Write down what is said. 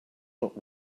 not